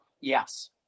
Yes